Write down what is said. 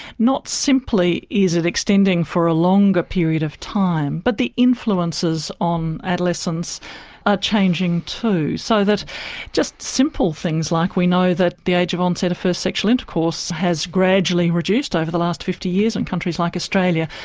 not simply is it extending for a longer period of time but the influences on adolescents are changing too so that just simple things like we know that the age of onset of first sexual intercourse has gradually reduced over the last fifty years in countries like australia,